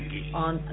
on